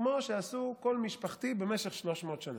כמו שעשתה כל משפחתי במשך 300 שנה.